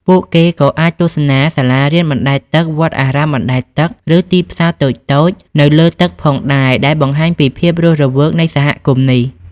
ពួកគេក៏អាចទស្សនាសាលារៀនបណ្ដែតទឹក វត្តអារាមបណ្ដែតទឹក ឬទីផ្សារតូចៗនៅលើទឹកផងដែរ ដែលបង្ហាញពីភាពរស់រវើកនៃសហគមន៍នេះ។